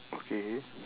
okay